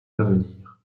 l’avenir